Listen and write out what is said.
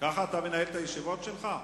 ככה אתה מנהל את הישיבות שלך?